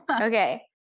okay